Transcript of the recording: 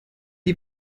die